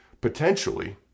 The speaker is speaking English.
potentially